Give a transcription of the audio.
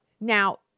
Now